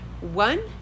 one